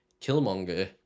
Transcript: Killmonger